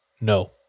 no